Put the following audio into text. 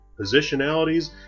positionalities